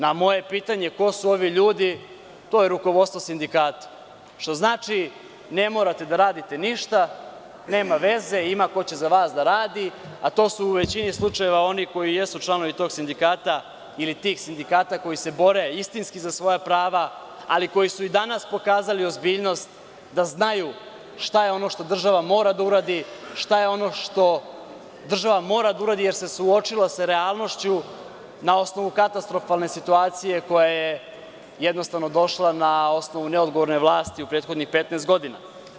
Na moje pitanje ko su ovi ljudi, to je rukovodstvo sindikata, što znači - ne morate da radite ništa, nema veze, ima ko će za vas da radi, a to su u većini slučajeva oni koji jesu članovi tog sindikata ili tih sindikata koji se bore istinski za svoja prava, ali koji su i danas pokazali ozbiljnost da znaju šta je ono što država mora da uradi, jer se suočila sa realnošću na osnovu katastrofalne situacije koja je jednostavno došla na osnovu neodgovorne vlasti u prethodnih 15 godina.